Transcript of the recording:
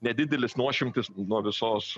nedidelis nuošimtis nuo visos